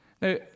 Now